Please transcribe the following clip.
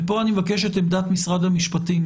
ופה אני מבקש את עמדת משרד המשפטים